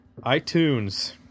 iTunes